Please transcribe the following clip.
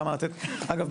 אגב,